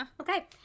Okay